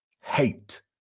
hate